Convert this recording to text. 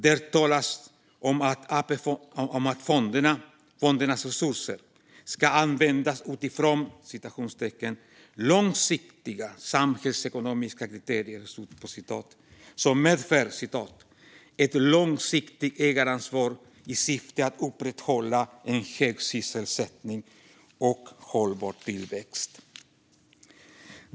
Där talas om att fondernas resurser ska användas utifrån "långsiktiga, samhällsekonomiska kriterier" som medför "ett långsiktigt ägaransvar i syfte att upprätthålla en hög sysselsättning och hållbar tillväxt".